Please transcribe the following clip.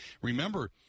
Remember